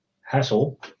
hassle